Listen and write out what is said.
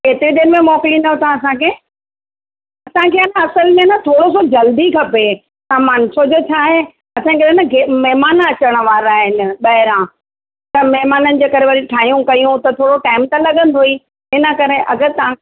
केतरी देर में मोकलींदा तव्हां असांखे असांखे हा न असल में थोरो सो जल्दी खपे सामान छो जो छा आहे असांखे हा न महिमान अचण वारा आहिनि ॿाहिरां त महिमाननि जे करे वरी ठाहियूं कयूं त थोरो टाइम त लॻंदो ई हिन करे अगर तव्हां